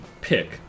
pick